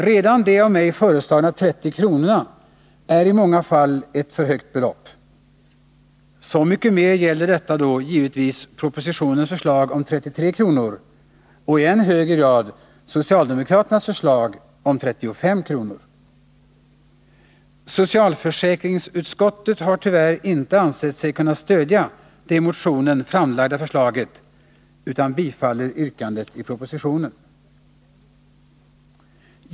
Redan de av mig föreslagna 30 kronorna är i många fall ett för högt belopp. Så mycket mer gäller detta då givetvis propositionens förslag om 33 kr. och i än högre grad socialdemokraternas förslag om 35 kr. Socialförsäkringsutskottet har tyvärr inte ansett sig kunna stödja det i motionen framlagda förslaget utan tillstyrker yrkandet i propositionen.